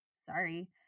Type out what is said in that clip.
Sorry